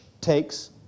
takes